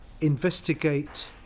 investigate